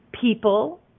people